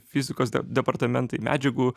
fizikos de departamentai medžiagų